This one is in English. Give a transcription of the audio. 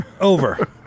Over